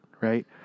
right